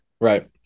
Right